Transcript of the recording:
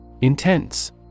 Intense